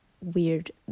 weird